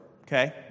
okay